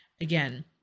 again